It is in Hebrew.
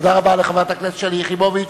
תודה רבה לחברת הכנסת שלי יחימוביץ.